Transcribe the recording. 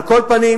על כל פנים,